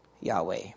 Yahweh